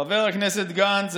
חבר הכנסת גנץ.